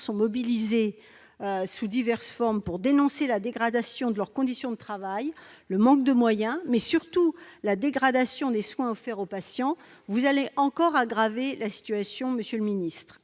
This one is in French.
sont mobilisés, sous diverses formes, pour dénoncer la dégradation de leurs conditions de travail, le manque de moyens, mais surtout la dégradation des soins offerts aux patients, vous allez encore, monsieur le secrétaire